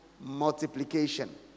multiplication